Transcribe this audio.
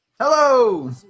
Hello